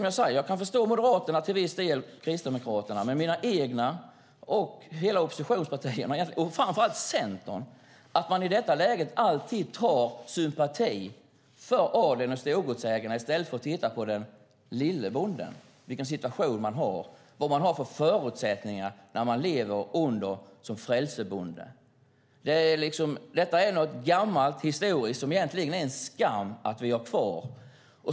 Jag kan förstå Moderaterna och till viss del Kristdemokraterna, men inte att mitt eget parti och alla oppositionspartierna och framför allt Centern i denna fråga alltid tar parti för adeln och storgodsägarna i stället för att se till den lille bonden, vilken situation man har och vad man har för förutsättningar när man lever som frälsebonde. Detta är något gammalt historiskt som det egentligen är en skam att vi har kvar.